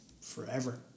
forever